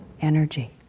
energy